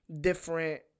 different